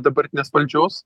dabartinės valdžios